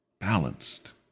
balanced